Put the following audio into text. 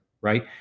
right